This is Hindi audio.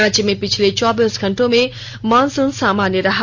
राज्य में पिछले चौबीस घंटों में मॉनसून सामान्य रहा